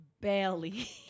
barely